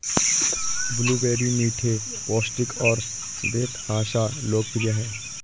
blueberry मीठे, पौष्टिक और बेतहाशा लोकप्रिय हैं